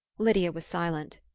lydia was silent.